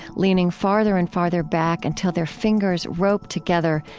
leaning farther and farther back until their fingers rope together,